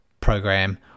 program